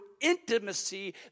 intimacy